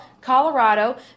Colorado